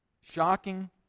Shocking